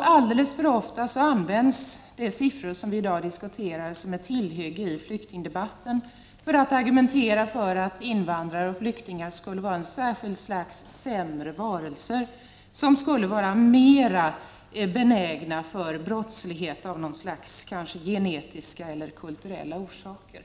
Alldeles för ofta används de siffror vi i dag diskuterar som ett tillhygge i flyktingdebatten för att argumentera för att invandrare och flyktingar skulle vara ett särskilt slags sämre varelser, som skulle vara mer benägna till brottslighet, kanske av genetiska eller kulturella orsaker.